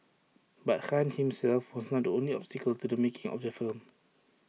but Khan himself was not the only obstacle to the making of the film